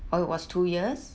oh it was two years old